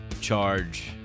charge